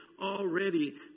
already